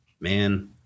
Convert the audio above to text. man